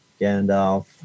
Gandalf